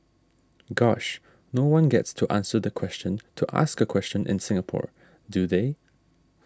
gosh no one gets to answer the question to ask a question in Singapore do they